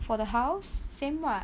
for the house same [what]